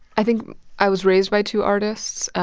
i think i was raised by two artists.